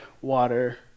water